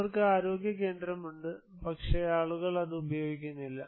അവർക്ക് ആരോഗ്യ കേന്ദ്രമുണ്ട് പക്ഷേ ആളുകൾ അത് ഉപയോഗിക്കുന്നില്ല